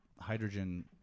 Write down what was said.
hydrogen